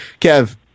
Kev